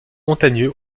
montagneux